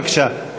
בבקשה.